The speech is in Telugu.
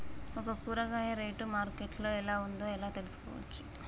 ఒక కూరగాయ రేటు మార్కెట్ లో ఎలా ఉందో ఎలా తెలుసుకోవచ్చు?